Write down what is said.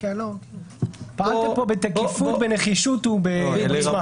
פעלתם פה בתקיפות, בנחישות ובעוצמה רבה.